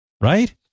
right